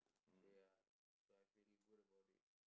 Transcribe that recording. so ya so I feel good about it